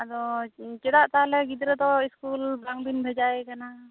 ᱟᱫᱚ ᱪᱮᱫᱟᱜ ᱛᱟᱦᱚᱞᱮ ᱜᱤᱫᱽᱨᱟᱹ ᱫᱚ ᱥᱠᱩᱞ ᱵᱟᱝ ᱵᱤᱱ ᱵᱷᱮᱡᱟᱭᱮ ᱠᱟᱱᱟ